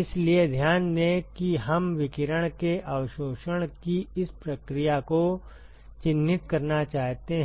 इसलिए ध्यान दें कि हम विकिरण के अवशोषण की इस प्रक्रिया को चिह्नित करना चाहते हैं